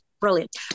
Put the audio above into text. brilliant